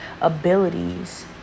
abilities